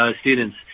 students